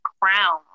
crown